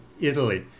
Italy